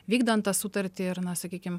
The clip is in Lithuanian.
vykdant tą sutartį ir na sakykim